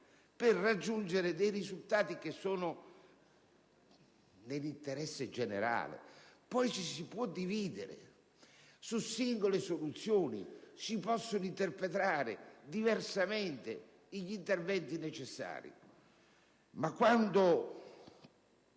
per raggiungere dei risultati che sono nell'interesse generale. Poi ci si può dividere su singole soluzioni; si possono interpretare diversamente gli interventi necessari. Però quando